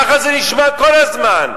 ככה זה נשמע כל הזמן.